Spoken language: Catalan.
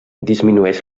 disminueix